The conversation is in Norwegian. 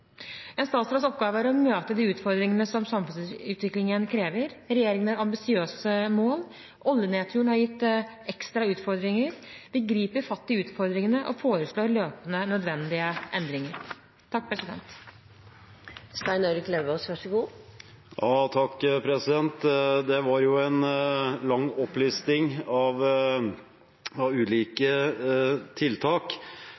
En statsråds oppgave er å møte de utfordringer som samfunnsutviklingen krever. Regjeringen har ambisiøse mål. Oljenedturen har gitt ekstra utfordringer. Vi griper fatt i utfordringene og foreslår løpende nødvendige endringer.